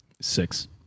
Six